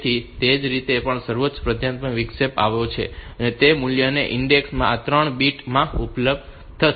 તેથી તે રીતે જે પણ સર્વોચ્ચ પ્રાધાન્યતા વિક્ષેપ આવ્યો છે તે મૂલ્ય તે ઇન્ડેક્સ આ 3 બિટ્સ માં ઉપલબ્ધ થશે